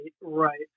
right